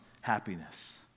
happiness